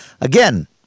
Again